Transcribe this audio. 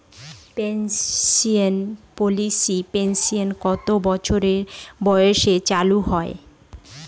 Pension পলিসির pension কত বছর বয়সে চালু হয়?